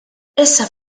issa